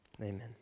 Amen